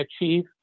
achieve